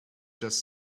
just